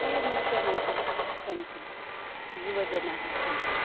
ये नूतनाः सन्ति युवजनाः सन्ति